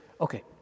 okay